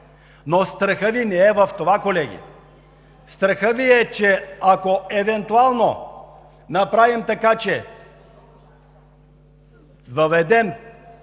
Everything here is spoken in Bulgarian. Страхът Ви не е в това, колеги, страхът Ви е, че ако евентуално направим така, че въведем